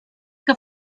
que